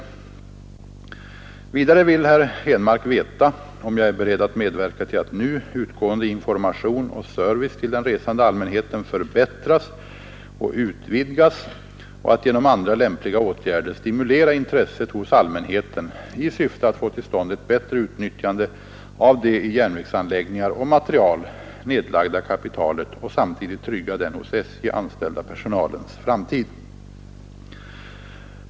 Vidare vill herr Henmark veta om jag är beredd att medverka till att nuvarande information och service till den resande allmänheten förbättras och utvidgas och att genom andra lämpliga åtgärder intresset hos allmänheten stimuleras i syfte att få till stånd ett bättre utnyttjande av det i järnvägsanläggningar och material nedlagda kapitalet och samtidigt kunna trygga den hos SJ anställda personalens framtid.